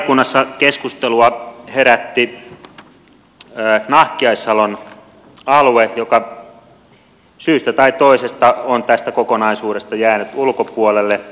valiokunnassa keskustelua herätti nahkiaissalon alue joka syystä tai toisesta on tästä kokonaisuudesta jäänyt ulkopuolelle